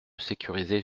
sécuriser